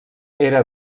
era